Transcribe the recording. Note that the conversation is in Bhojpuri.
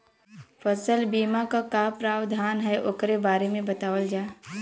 फसल बीमा क का प्रावधान हैं वोकरे बारे में बतावल जा?